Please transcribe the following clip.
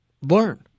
learn